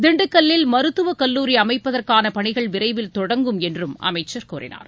திண்டுக்கல்லில் மருத்துவக்கல்லூரி அமைப்பதற்கான பணிகள் விரைவில் தொடங்கும் என்று அமைச்சர் கூறினார்